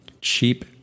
cheap